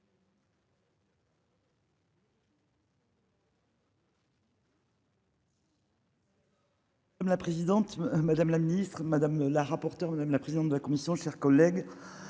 Comme la présidente, madame la Ministre Madame la rapporteure, madame la présidente de la commission, chers collègues,